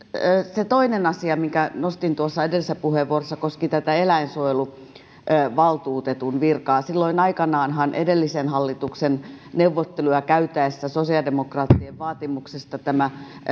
se toinen asia minkä nostin tuossa edellisessä puheenvuorossa koski eläinsuojeluvaltuutetun virkaa silloin aikanaanhan edellisen hallituksen neuvotteluja käytäessä sosiaalidemokraattien vaatimuksesta tämä